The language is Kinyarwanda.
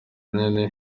runini